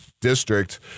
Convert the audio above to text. district